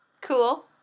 Cool